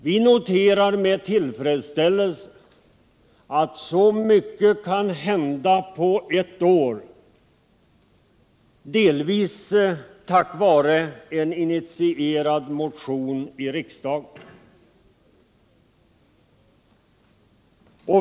Vi noterar med tillfredsställelse att så mycket kan hända på ett år, delvis tack vare en initierad motion i riksdagen.